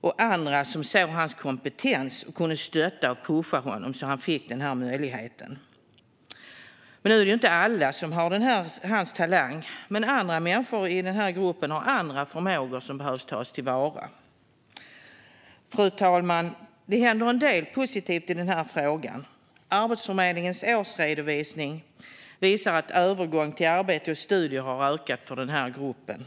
och andra som sett hans kompetens och kunnat stötta och pusha honom så att han fått dessa möjligheter. Nu är det inte alla som har hans talang, men andra människor i denna grupp har andra förmågor som bör tas till vara. Fru talman! Det händer en del positivt i den här frågan. Arbetsförmedlingens årsredovisning visar att övergången till arbete och studier har ökat för den här gruppen.